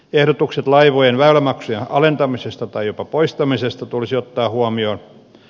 ehdotukset laivojen väylämaksujen alentamisesta tai jopa poistamisesta tulisi ottaa huomioon